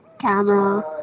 camera